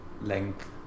length